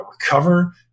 recover